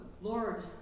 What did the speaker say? Lord